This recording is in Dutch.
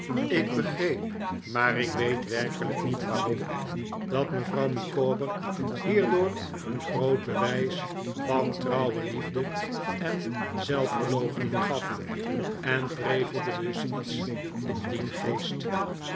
ik begreep maar ik weet werkelijk niet waarom dat mevrouw micawber hierdoor een groot bewijs van trouwe liefde en zelfverloochening gaf en prevelde dus iets in dien geest